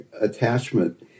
attachment